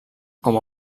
com